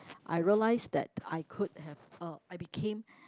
I realized that I could have uh I became